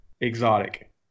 Exotic